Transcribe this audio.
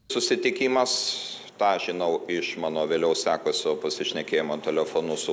susitikimas tą žinau iš mano vėliau sekusio pasišnekėjimo telefonu su